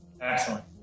excellent